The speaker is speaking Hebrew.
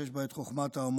שיש בה את חוכמת ההמונים,